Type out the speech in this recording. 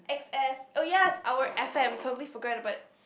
X_S oh yes our F_M totally forgot about